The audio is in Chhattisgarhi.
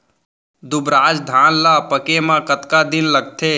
दुबराज धान ला पके मा कतका दिन लगथे?